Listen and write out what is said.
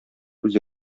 үзе